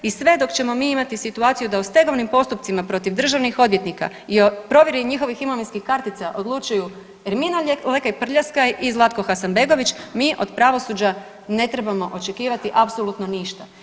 I sve dok ćemo mi imati situaciju da o stegovnim postupcima protiv državnih odvjetnika i provjere njihovih imovinskih kartica odlučuju Jasmina Lekaj Prljaskaj i Zlatko Hasanbegović mi od pravosuđa ne trebamo očekivati apsolutno ništa.